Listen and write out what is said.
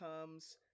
comes